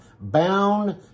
bound